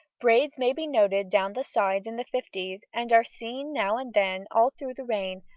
braids may be noted down the sides in the fifties, and are seen now and then all through the reign,